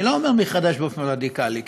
אני לא אומר מחדש באופן רדיקלי,